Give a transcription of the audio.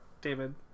David